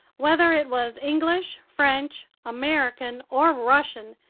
whether it was english, french, american, or russian,